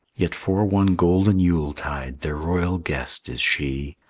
yet for one golden yule-tide their royal guest is she,